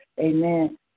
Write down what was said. amen